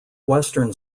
western